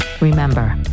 Remember